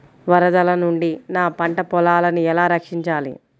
వరదల నుండి నా పంట పొలాలని ఎలా రక్షించాలి?